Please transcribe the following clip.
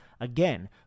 Again